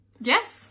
Yes